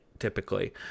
Typically